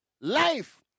Life